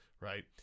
right